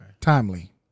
Timely